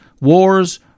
wars